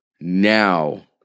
Now